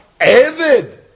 Evid